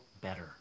better